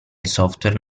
software